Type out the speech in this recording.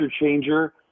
changer